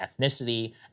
ethnicity